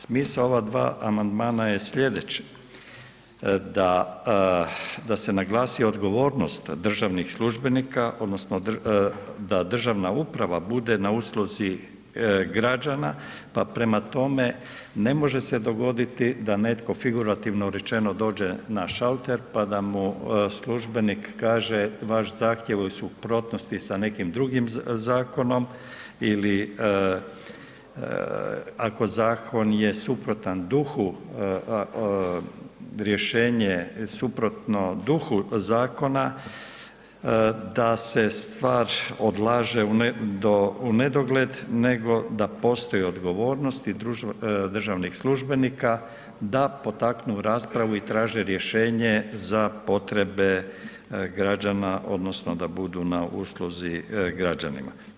Smisao ova dva amandmana je slijedeće, a se naglasi odgovornost državnih službenika odnosno da državna uprava bude na usluzi građana pa prema tome, ne može se dogoditi da netko figurativno rečeno dođe na šalter pa da mu službenik kaže vaš zahtjev je u suprotnosti sa nekim drugim zakonom ili ako zakon je suprotan duhu, rješenje suprotno duhu zakona, da se stvar odlaže u nedogled, nego da postoji odgovornost i državnih službenika da potaknu u raspravu i traže rješenje za potrebe građana odnosno da budu na usluzi građanima.